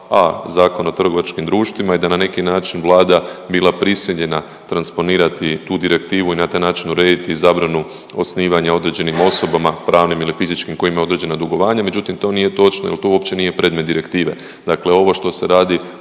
Zakona o trgovačkim društvima i da neki način Vlada bila prisiljena transponirati tu direktivu i na taj način urediti zabranu osnivanja određenim osobama pravnim ili fizičkim koji imaju određena dugovanja. Međutim, to nije točno jer to uopće nije predmet direktive. Dakle, ovo što se radi